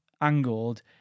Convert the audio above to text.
angled